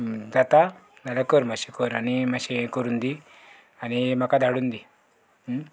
जाता नाल्यार कर मातशें कर आनी मातशें हें करून दी आनी म्हाका धाडून दी